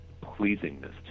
pleasingness